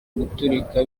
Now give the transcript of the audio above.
guturika